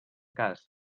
cas